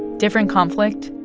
different conflict,